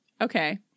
Okay